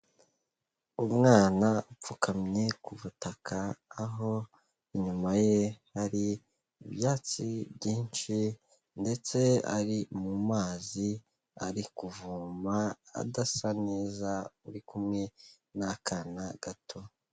Umwana upfukamye ku butaka, aho inyuma ye hari ibyatsi byinshi ndetse ari mu mazi ari kuvoma, adasa neza uri kumwe n'akana gato.